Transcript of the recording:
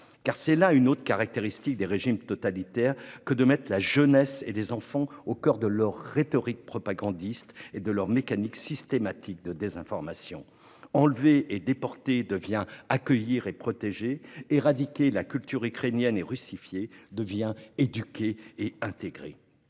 Car c'est là une autre caractéristique des régimes totalitaires que de mettre la jeunesse et les enfants au coeur de leur rhétorique propagandiste et de leur mécanique systématique de désinformation. « Enlever et déporter » devient « accueillir et protéger »;« éradiquer la culture ukrainienne et russifier » devient « éduquer et intégrer